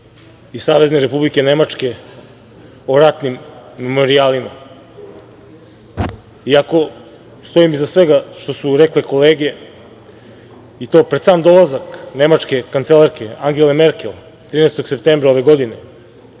i Savezne Republike Nemačke o ratnim memorijalima. Iako stojim iza svega što su rekle kolege, i to pred sam dolazak nemačke kancelarke Angele Merkel, 13. septembra ove godine,